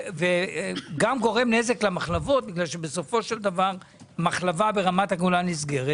זה גם גורם נזק למחלבות כי בסופו של דבר מחלבה ברמת הגולן נסגרת.